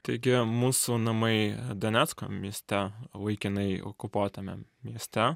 taigi mūsų namai donecko mieste laikinai okupuotame mieste